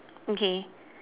okay